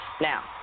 Now